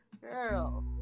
Girl